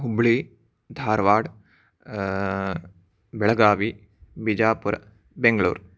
हुब्ळि धार्वाड् बेळगावि बिजापूरम् बेङ्गळूर्